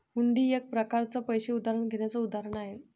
हुंडी एक प्रकारच पैसे उधार घेण्याचं उदाहरण आहे